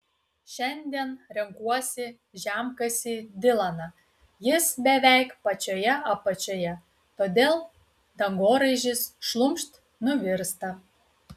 šiandien renkuosi žemkasį dilaną jis beveik pačioje apačioje todėl dangoraižis šlumšt nuvirsta